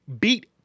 beat